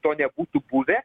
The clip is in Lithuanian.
to nebūtų buvę